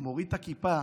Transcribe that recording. הוא מוריד את הכיפה